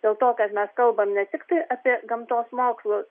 dėl to kad mes kalbam ne tiktai apie gamtos mokslus